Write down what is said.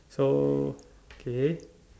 so K